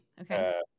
okay